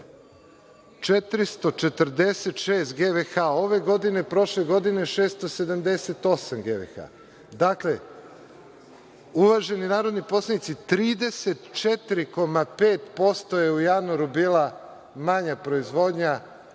446 gvh, ove godine prošle godine, 678 gVh. Dakle, uvaženi narodni poslanici, 34,5% je u januaru bila manja proizvodnja